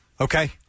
Okay